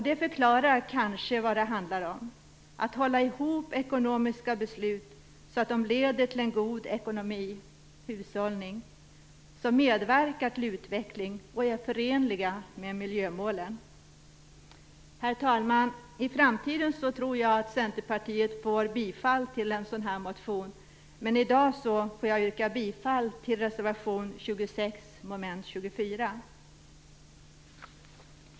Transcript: Det förklarar kanske vad det handlar om, nämligen om att hålla ihop ekonomiska beslut så att de leder till en god ekonomi, hushållning, som medverkar till utveckling och som är förenliga med miljömålen. Herr talman! Jag tror att Centerpartiet i framtiden möts av bifall till en sådan motion, men i dag får jag yrka bifall till reservation 26, mom. 24.